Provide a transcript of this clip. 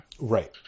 right